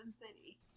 city